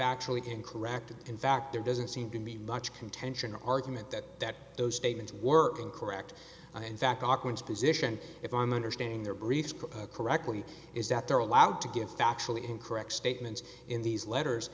factually incorrect in fact there doesn't seem to be much contention argument that that those statements work in correct and in fact are quinn's position if i'm understanding their briefs correctly is that they're allowed to give factually incorrect statements in these letters